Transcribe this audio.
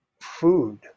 food